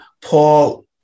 Paul